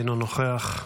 אינו נוכח,